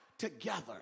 Together